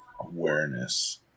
Awareness